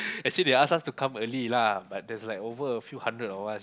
actually they asked us to come early lah but there's like over a few hundred of us